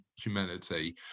humanity